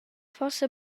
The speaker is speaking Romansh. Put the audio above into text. forsa